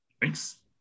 Thanks